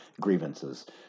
grievances